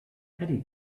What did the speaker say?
eddy